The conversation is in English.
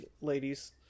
ladies